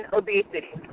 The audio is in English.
obesity